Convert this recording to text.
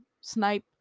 snipe